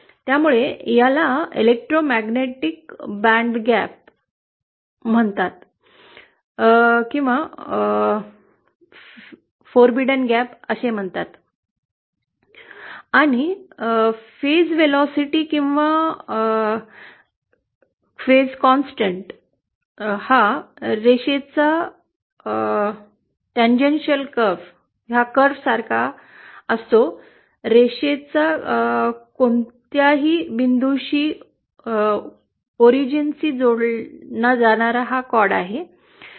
त्यामुळे याला विद्युतचुंबकीय बँडगॅप म्हणतात जे निषिद्ध वारंवारता आणि टप्प्याचा वेग किंवा लहरींचा सतत टप्पा रेषेचा उतार कॉडल उतारा सारखा असतो रेषेच्या कोणत्याही बिंदूशी उगमाच्या जोडणारा असतो